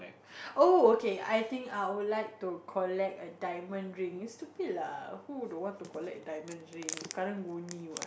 oh okay I think I would like to collect a diamond rings stupid lah who don't want to collect diamond ring Karang-Guni what